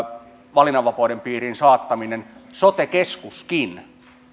valinnanvapauden piiriin saattaminen sote keskuskin